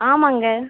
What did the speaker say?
ஆமாங்க